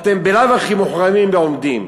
אתם בלאו הכי מוחרמים ועומדים.